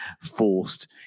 forced